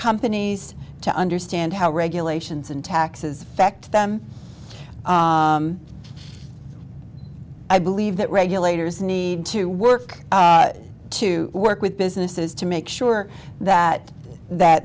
companies to understand how regulations and taxes fecht them i believe that regulators need to work to work with businesses to make sure that that